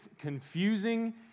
confusing